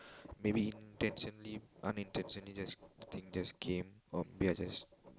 maybe intentionally unintentionally just the thing just came or maybe I just